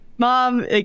Mom